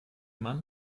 mann